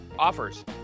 offers